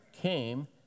came